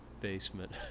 basement